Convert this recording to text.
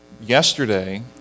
Yesterday